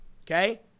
okay